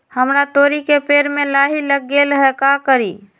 हमरा तोरी के पेड़ में लाही लग गेल है का करी?